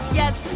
yes